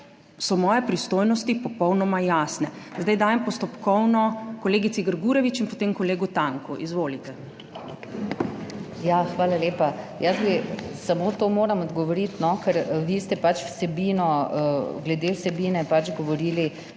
so moje pristojnosti popolnoma jasne. Zdaj dajem postopkovno kolegici Grgurevič in potem kolegu Tanku. Izvolite. LENA GRGUREVIČ (PS Svoboda): Hvala lepa. Jaz bi, samo to moram odgovoriti, ker vi ste pač vsebino, glede vsebine pač govorili